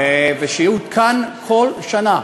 ושיעודכן כל שנה,